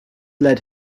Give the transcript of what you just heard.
led